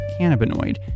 cannabinoid